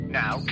now